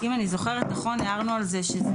אם אני זוכרת נכון הערנו על זה שזה